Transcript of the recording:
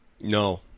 No